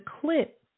clip